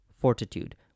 fortitude